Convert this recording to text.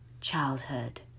childhood